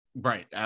Right